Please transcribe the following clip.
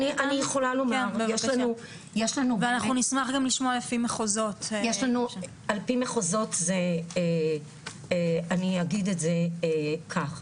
יש לנו על פי מחוזות זה אני אגיד את זה כך,